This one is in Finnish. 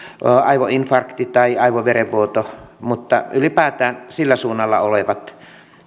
on aivoinfarkti tai aivoverenvuoto mutta ylipäätään sillä suunnalla olevat